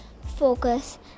focus